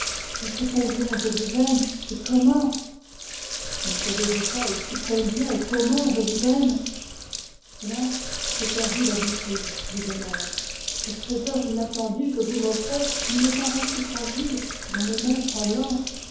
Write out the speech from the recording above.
je sais combien je vous aime et comment ne savez-vous pas aussi combien et comment je vous aime j'ai perdu l'habitude du bonheur ce trésor inattendue que vous m'offrez il me paraît si fragile dans mes mains tremblantes